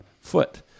foot